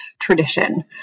tradition